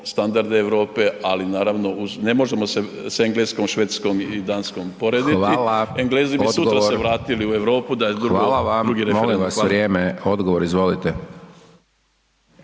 standarde Europe, ali naravno uz, ne možemo se s Engleskom, Švedskom i Danskom porediti …/Upadica: Hvla./… Englezi bi sutra se vratili u Europu da je …/Upadica: Hvala vam, molim vas vrijeme./… drugi